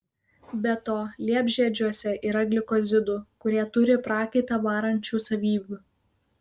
be to liepžiedžiuose yra glikozidų kurie turi prakaitą varančių savybių